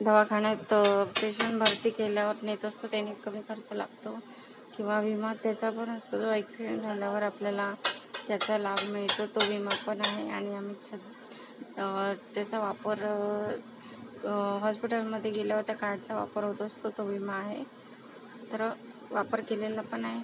दवाखान्यात पेशंट भरती केल्यावर नेत असतो त्याने कमी खर्च लागतो किंवा विमा त्याचा पण असतो जो ॲक्सीडेंट झाल्यावर आपल्याला त्याचा लाभ मिळतो तो विमा पण आहे आणि आम्ही त्याचा वापर हॉस्पिटलमध्ये गेल्यावर त्या कार्डचा वापर होत असतो तो विमा आहे तर वापर केलेला पण आहे